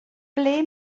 ble